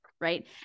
right